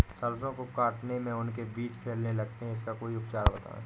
सरसो को काटने में उनके बीज फैलने लगते हैं इसका कोई उपचार बताएं?